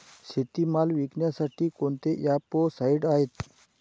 शेतीमाल विकण्यासाठी कोणते ॲप व साईट आहेत?